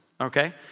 okay